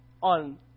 on